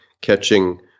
catching